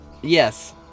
Yes